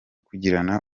kugirana